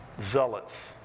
zealots